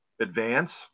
advance